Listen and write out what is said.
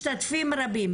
משתתפים רבים,